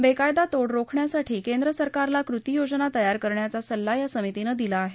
बेकायदा तोड रोखण्यासाठी केंद्र सरकारला कृती योजना तयार करण्याचा सल्ला या समितीनं दिला आहे